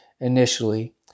initially